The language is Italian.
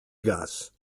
gas